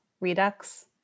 redux